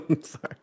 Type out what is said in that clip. Sorry